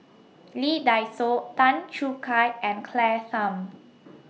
Lee Dai Soh Tan Choo Kai and Claire Tham